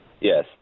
Yes